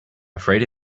afraid